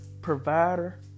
provider